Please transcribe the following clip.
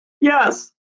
yes